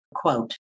quote